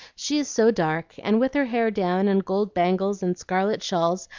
she is so dark, and with her hair down, and gold bangles and scarlet shawls,